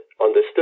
understood